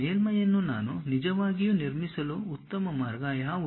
ಆ ಮೇಲ್ಮೈಯನ್ನು ನಾನು ನಿಜವಾಗಿಯೂ ನಿರ್ಮಿಸಲು ಉತ್ತಮ ಮಾರ್ಗ ಯಾವುದು